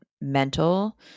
mental